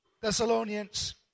Thessalonians